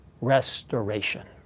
restoration